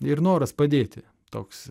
ir noras padėti toks